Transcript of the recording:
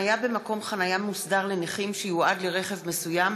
(חניה במקום חניה מוסדר לנכים שיועד לרכב מסוים),